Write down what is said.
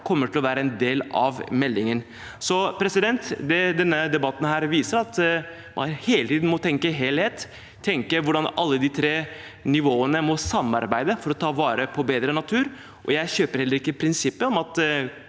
kommer til å være en del av meldingen. Denne debatten viser at man hele tiden må tenke helhet og tenke på hvordan alle de tre nivåene må samarbeide for å ta bedre vare på natur. Jeg kjøper heller ikke prinsippet om at